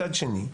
מצד שני,